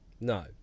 no